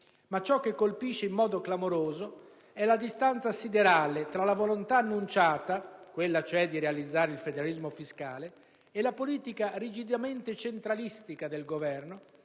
Ma ciò che colpisce in modo clamoroso è la distanza siderale tra la volontà annunciata, quella cioè di realizzare il federalismo fiscale, e la politica rigidamente centralistica del Governo,